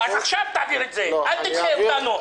אז עכשיו תעביר את זה, אל תדחה אותנו.